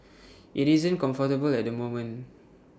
IT isn't comfortable at the moment